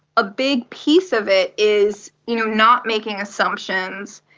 a big piece of it is you know not making assumptions,